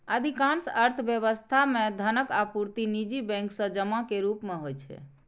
अधिकांश अर्थव्यवस्था मे धनक आपूर्ति निजी बैंक सं जमा के रूप मे होइ छै